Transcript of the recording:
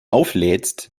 auflädst